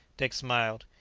dick smiled.